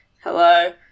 hello